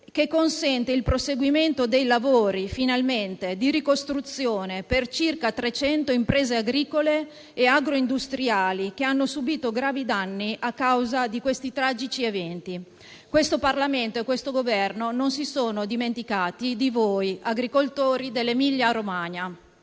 finalmente il proseguimento dei lavori di ricostruzione per circa 300 imprese agricole e agroindustriali, che hanno subito gravi danni a causa di questi tragici eventi. Questo Parlamento e questo Governo non si sono dimenticati di voi, agricoltori dell'Emilia-Romagna.